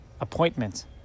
appointment